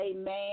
amen